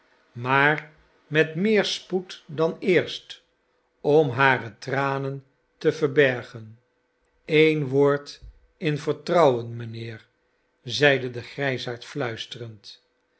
maar met meer spoed dan eerst om hare tranen te verbergen een woord in vertrouwen mijnheer i zeide de grijsaard fluisterend